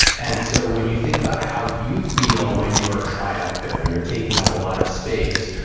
and so, when you think about how you feel when you are triumphant, when you're taking up a lot of space,